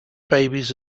babies